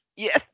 Yes